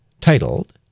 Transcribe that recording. titled